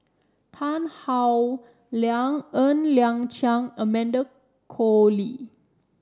Tan Howe Liang Ng Liang Chiang Amanda Koe Lee